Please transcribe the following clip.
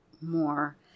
more